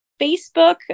Facebook